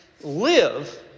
live